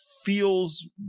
feels